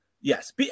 Yes